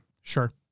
Sure